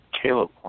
Caleb